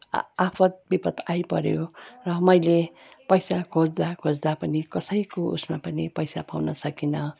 आ आपद् विपद् आइपर्यो र मैले पैसा खोज्दा खोज्दा पनि कसैको उसमा पनि पैसा पाउन सकिनँ